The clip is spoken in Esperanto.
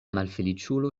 malfeliĉulo